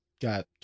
got